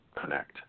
connect